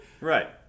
Right